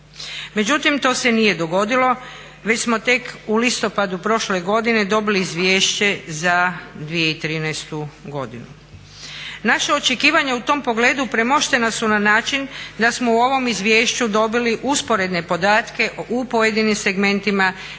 Međutim, to se nije dogodilo već smo tek u listopadu prošle godine dobili izvješće za 2013. godinu. Naša očekivanja u tom pogledu premoštena su na način da smo u ovom izvješću dobili usporedne podatke u pojedinim segmentima za